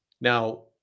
Now